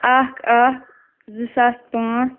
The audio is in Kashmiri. اَکھ اَکھ زٕ ساس پانٛژھ